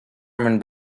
german